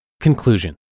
Conclusion